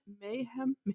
mayhem